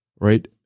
Right